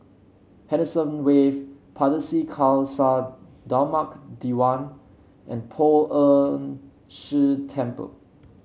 Henderson Wave Pardesi Khalsa Dharmak Diwan and Poh Ern Shih Temple